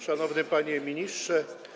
Szanowny Panie Ministrze!